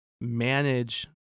manage